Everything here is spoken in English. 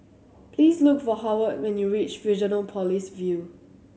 please look for Howard when you reach Fusionopolis View